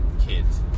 kids